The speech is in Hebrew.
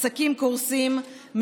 עסקים קורסים,